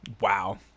Wow